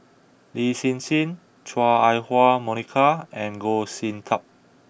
Lin Hsin Hsin Chua Ah Huwa Monica and Goh Sin Tub